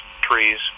trees